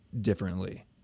differently